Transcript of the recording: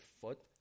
foot